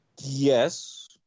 Yes